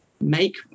make